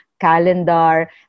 calendar